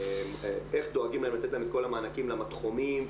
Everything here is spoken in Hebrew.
איך דואגים לתת להם את כל המענקים למדחומים,